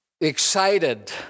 excited